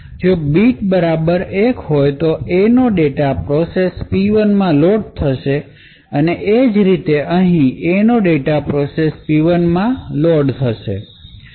જો બીટ બરાબર 1 હોય તો Aનો ડેટા પ્રોસેસ P1 માં લોડ થશે અને એ જ રીતે અહી Aનો ડેટા પ્રોસેસ P1 માં લોડ થશે